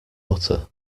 mutter